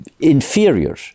inferior